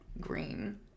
green